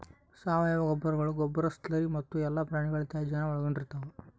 ಸಾವಯವ ಗೊಬ್ಬರಗಳು ಗೊಬ್ಬರ ಸ್ಲರಿ ಮತ್ತು ಎಲ್ಲಾ ಪ್ರಾಣಿಗಳ ತ್ಯಾಜ್ಯಾನ ಒಳಗೊಂಡಿರ್ತವ